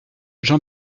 jean